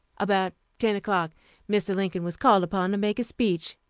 about ten o'clock mr. lincoln was called upon to make a speech.